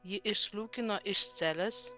ji išsliūkino iš celės